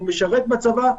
הוא משרת בצבא,